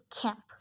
camp